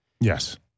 Yes